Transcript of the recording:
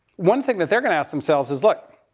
one thing that they're going to ask themselves is, look